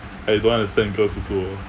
I don't want to send girls also